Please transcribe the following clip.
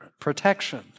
protection